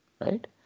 right